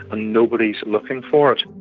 nobody's looking for it.